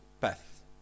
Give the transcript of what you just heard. path